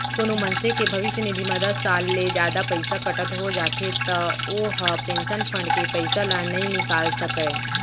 कोनो मनसे के भविस्य निधि म दस साल ले जादा पइसा कटत हो जाथे त ओ ह पेंसन फंड के पइसा ल नइ निकाल सकय